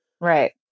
Right